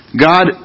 God